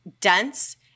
dense